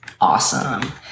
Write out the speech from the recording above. awesome